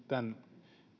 tämän